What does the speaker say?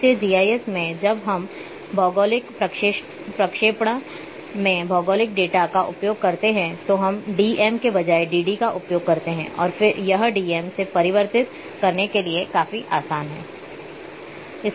इसलिए जीआईएस में जब हम भौगोलिक प्रक्षेपण में भौगोलिक डेटा का उपयोग करते हैं तो हम d m के बजाय dd का उपयोग करते हैं और यह d m से परिवर्तित करने के लिए काफी आसान है